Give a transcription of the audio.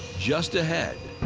just ahead.